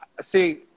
see